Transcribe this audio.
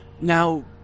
Now